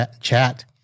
chat